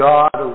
God